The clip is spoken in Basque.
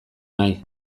nahi